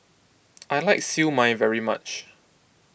I like Siew Mai very much